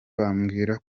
bambwira